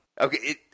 Okay